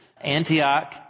Antioch